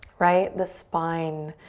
right, the spine.